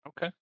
Okay